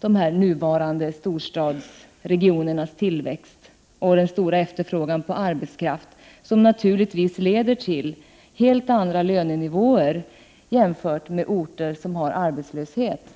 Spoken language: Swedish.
de nuvarande storstadsregionernas tillväxt med stor efterfrågan på arbetskraft, som naturligtvis leder till helt andra lönenivåer än på orter med arbetslöshet.